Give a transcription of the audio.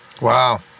Wow